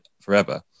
forever